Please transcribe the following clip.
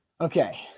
Okay